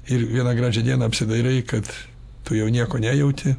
ir vieną gražią dieną apsidairai kad tu jau nieko nejauti